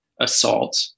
assault